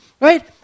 Right